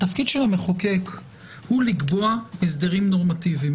התפקיד של המחוקק הוא לקבוע הסדרים נורמטיביים